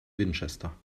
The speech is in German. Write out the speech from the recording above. winchester